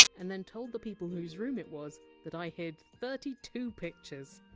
and then told the people whose room it was that i hid thirty two pictures,